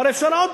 הרי אפשר עוד,